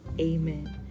Amen